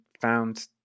found